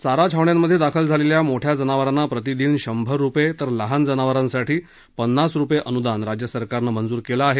चारा छावण्यांमध्ये दाखल झालेल्या मोठ्या जनावरांना प्रतिदिन शंभर रुपये तर लहान जनावरांसाठी पन्नास रुपये अनुदान राज्य सरकारनं मंजूर केलं आहे